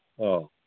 ꯑꯣ